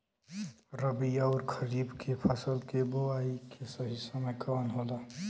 रबी अउर खरीफ के फसल के बोआई के सही समय कवन होला?